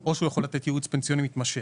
או שהוא יכול לתת ייעוץ פנסיוני מתמשך.